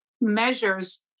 measures